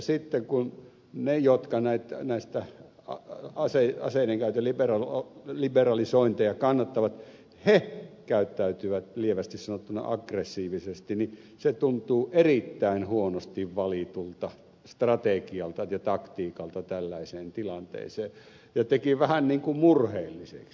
sitten kun ne jotka aseiden käytön liberalisointia kannattavat käyttäytyvät lievästi sanottuna aggressiivisesti niin se tuntuu erittäin huonosti valitulta strategialta ja taktiikalta tällaiseen tilanteeseen ja teki vähän murheelliseksi